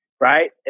right